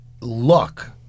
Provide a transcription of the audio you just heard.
luck